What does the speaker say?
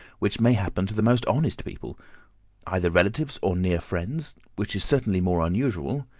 which may happen to the most honest people either relatives or near friends, which is certainly more unusual.